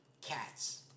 cats